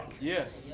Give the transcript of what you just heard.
Yes